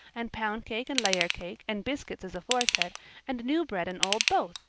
and pound cake and layer cake, and biscuits as aforesaid and new bread and old both,